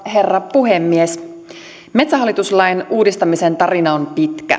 puhemies metsähallitus lain uudistamisen tarina on pitkä se